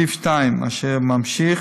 סעיף 2, אשר ממשיך